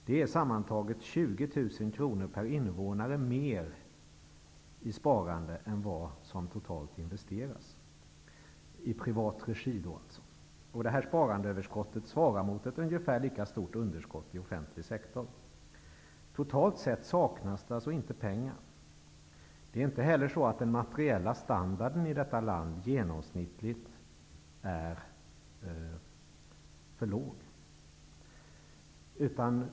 Det är sammantaget 20 000 kr per invånare mer i sparande än vad som totalt investeras, i privat regi. Detta sparandeöverskott svarar mot ett ungefär lika stort underskott i offentlig sektor. Totalt sett saknas det alltså inte pengar. Inte heller är den materiella standarden i det här landet genomsnittligt för låg.